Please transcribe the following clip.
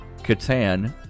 Catan